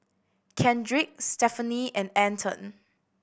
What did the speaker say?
Kendrick Stephanie and Anton